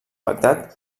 bagdad